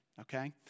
Okay